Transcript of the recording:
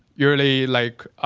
usually like,